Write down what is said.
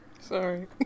Sorry